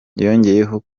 yongeyeho